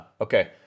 Okay